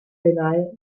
deny